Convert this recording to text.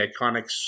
Iconics